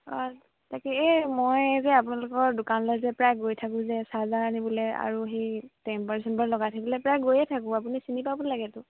অঁ তাকে এই মই যে আপোনালোকৰ দোকানলৈ যে প্ৰায় গৈ থাকো যে চাৰ্জাৰ আনিবলৈ আৰু সেই টেম্পাৰ চেম্পাৰ লগাই থাকিবলৈ প্ৰায় গৈয়ে থাকো আপুনি চিনি পাব লাগেতো